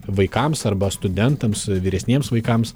vaikams arba studentams vyresniems vaikams